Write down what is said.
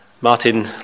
Martin